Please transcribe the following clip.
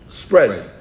spreads